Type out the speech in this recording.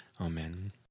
Amen